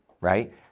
right